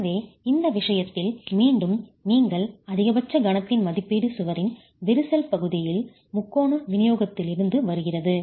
எனவே இந்த விஷயத்தில் மீண்டும் நீங்கள் அதிகபட்ச கணத்தின் மதிப்பீடு சுவரின் விரிசல் பகுதியில் முக்கோண விநியோகத்திலிருந்து வருகிறது